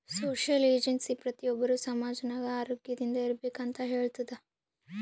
social agency ಪ್ರತಿ ಒಬ್ಬರು ಸಮಾಜ ನಾಗ್ ಆರೋಗ್ಯದಿಂದ್ ಇರ್ಬೇಕ ಅಂತ್ ಹೇಳ್ತುದ್